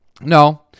No